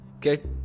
get